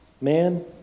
Man